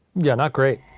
yeah, not great.